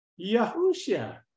Yahushua